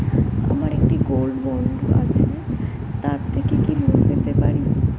আমার একটি gold bond আছে তার থেকে কি লোন পেতে পারি?